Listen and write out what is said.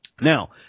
now